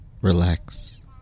relax